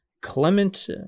Clement